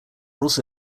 also